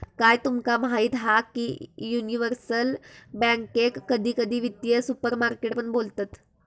काय तुमका माहीत हा की युनिवर्सल बॅन्केक कधी कधी वित्तीय सुपरमार्केट पण बोलतत